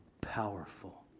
powerful